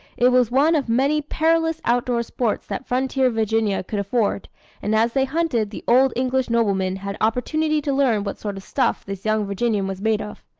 it was one of many perilous outdoor sports that frontier virginia could afford and as they hunted, the old english nobleman had opportunity to learn what sort of stuff this young virginian was made of.